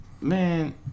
Man